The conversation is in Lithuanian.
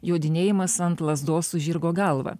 jodinėjimas ant lazdos su žirgo galva